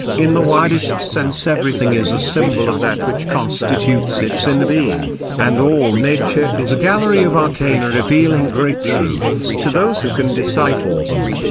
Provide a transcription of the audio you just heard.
in the widest sense everything is a symbol of that which constitutes its inner being, and all nature is a gallery of arcana revealing great truths to those who can decipher them.